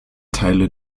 teile